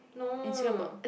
no